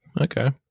Okay